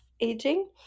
aging